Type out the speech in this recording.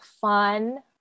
fun